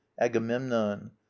agamemnon